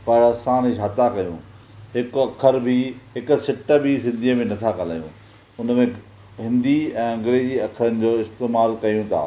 पर असां हाणे छा था कयूं हिकु अख़र बि हिकु सिट बि सिंधीअ में नथा ॻाल्हायूं हुन में हिंदी ऐं अंग्रेजी अख़रनि जो इस्तेमालु कयूं था